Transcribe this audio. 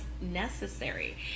necessary